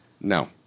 No